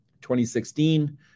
2016